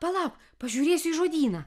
palauk pažiūrėsiu į žodyną